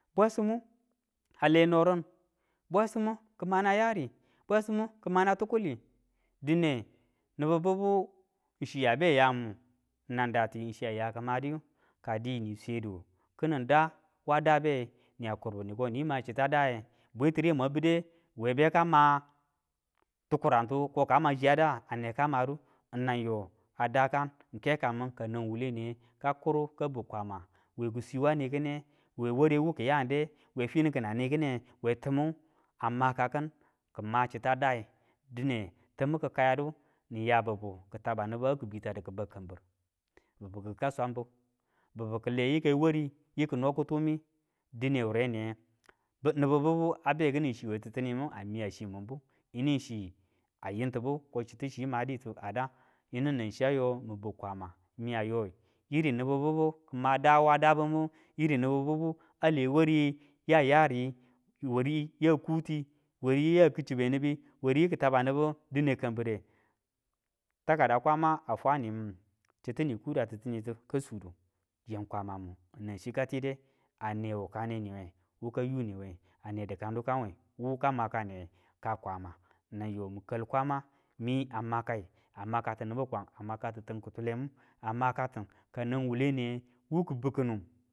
Bwesimu a le norin bwesimu ki mana yari bwesimu kima ti kuli dine nibu bibu chiya be yamu nang dati chiya ya ki madi diyi. Ka di ni swedu kini da wa dabe niyang kurbu niko nima chi ya daye, bwe tire mwan bide we bekama tukurantu koka ma chiya da, a ne ka madu nang yo a dakan ke kamin ka nan wuwule niye ka kuri ka bi kwamawe iswi wa ni kine, we wa rewu kiyandu, we firiu kina ni kine, we timu a makakin kima chita dai dine timi ki kayadu ni ya bibu ki taba ni bu muya ki bita du ki bauy kambir, bibu ki kau swambu, bibu ki le yikai wari yi kino kitumi dine wuremiye, nibu bibu a be kini chi we titinitimu a miya chimin bu, yinu chi yintibu ko chitu chi maditu a da nang chiya yo mu bi kwama miya yoi nibu bibu kima dawa dabimu a le wari ya yari wari ya kuti wari ya ki chibe nibi wariyu ki taba nibu dine kambire. Taki da kwama a fwa nimi chitu ni kuda titinitu ka sudu, kam kwamamu nan chi ka tide a ne wukane niwe wuka yunewe a ne dikan dukanwe wu ka ma kane ka kwama mi kal kwama miya makai a makatu nibi kwang a makatu tim kitulemu a makatu ka nang wuwule niye wu ki biu kini.